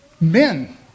men